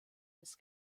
des